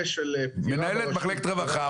של פגיעה ברשות --- מנהל מחלקת הרווחה,